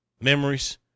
Memories